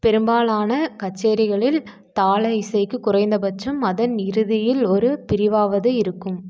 பெரும்பாலான கச்சேரிகளில் தாள இசைக்கு குறைந்தபட்சம் அதன் இறுதியில் ஒரு பிரிவாவது இருக்கும்